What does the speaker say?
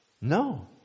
No